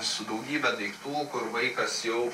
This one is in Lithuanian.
su daugybe daiktų kur vaikas jau